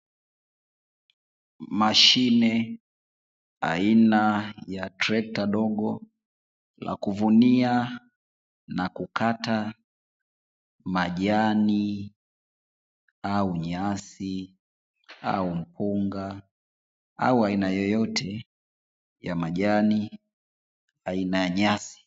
Mashine aina ya trekta dogo la kuvunia na kukata majani au nyasi au mpunga au aina yeyote ya majani aina ya nyasi